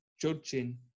judging